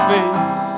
Face